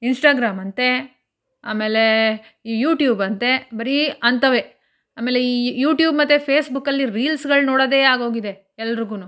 Instagram ಅಂತೆ ಆಮೇಲೆ YouTube ಅಂತೆ ಬರೀ ಅಂಥವೇ ಆಮೇಲೆ ಈ ಯೂಟ್ಯೂಬ್ ಮತ್ತು ಫೇಸ್ಬುಕ್ಕಲ್ಲಿ ರೀಲ್ಸ್ಗಳು ನೋಡೋದೇ ಆಗೋಗಿದೆ ಎಲ್ರಿಗೂನು